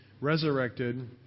resurrected